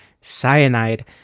cyanide